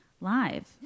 live